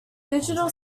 digital